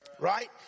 Right